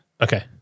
Okay